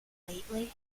lately